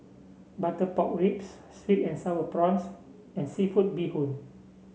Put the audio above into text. Butter Pork Ribs sweet and sour prawns and seafood Bee Hoon